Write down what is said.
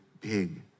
big